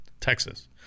Texas